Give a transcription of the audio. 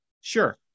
Sure